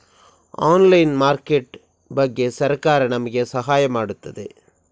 Online market ಬಗ್ಗೆ ಸರಕಾರ ನಮಗೆ ಸಹಾಯ ಮಾಡುತ್ತದೆ?